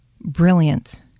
brilliant